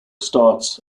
starts